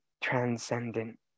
transcendent